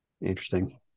Interesting